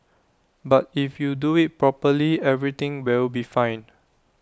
but if you do IT properly everything will be fine